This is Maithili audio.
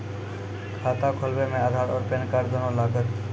खाता खोलबे मे आधार और पेन कार्ड दोनों लागत?